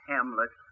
Hamlet